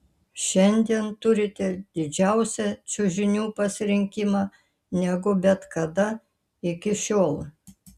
šiandien turite didžiausią čiužinių pasirinkimą negu bet kada iki šiol